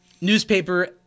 Newspaper